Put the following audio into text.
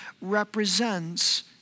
represents